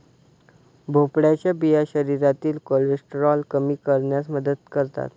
भोपळ्याच्या बिया शरीरातील कोलेस्टेरॉल कमी करण्यास मदत करतात